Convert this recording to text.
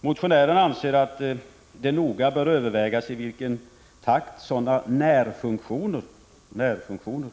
Motionärerna anser att det noga bör övervägas i vilken takt sådana närfunktioner skall